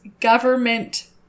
government